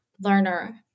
learner